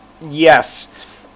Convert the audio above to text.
yes